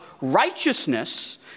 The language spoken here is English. righteousness